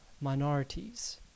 minorities